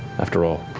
after all.